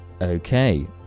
Okay